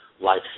life